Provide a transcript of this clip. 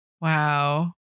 Wow